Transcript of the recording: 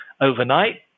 overnight